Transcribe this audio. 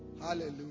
Hallelujah